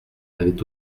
avait